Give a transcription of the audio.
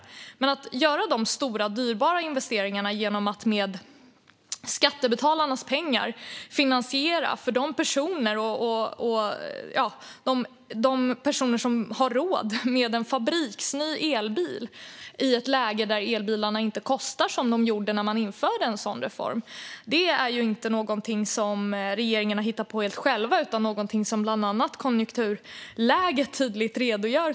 Men här vill ni alltså göra dessa stora, dyrbara investeringar genom att med skattebetalarnas pengar finansiera köp för de personer som har råd med en fabriksny elbil i ett läge där elbilarna inte kostar som de gjorde när man införde en sådan reform. Detta vore olämpligt, och det är inte någonting som regeringen har hittat på helt själv utan något som bland annat tydligt redogörs för i Konjunkturläget .